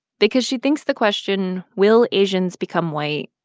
because she thinks the question, will asians become white?